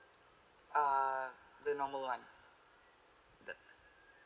uh the normal [one] the